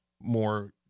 more